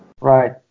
Right